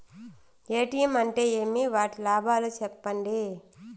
ATM అంటే ఏమి? వాటి లాభాలు సెప్పండి?